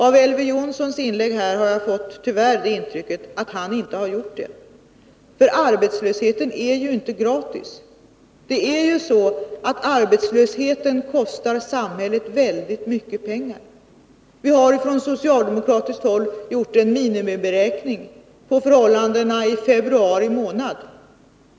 Av Elver Jonssons inlägg här har jag tyvärr fått det intrycket att han inte gjort det. Arbetslösheten är ju inte gratis. Arbetslösheten kostar ju samhället väldigt mycket pengar. Vi har från socialdemokratiskt håll gjort en minimiberäkning på förhållandena i februari månad.